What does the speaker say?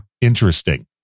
Interesting